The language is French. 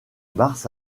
mars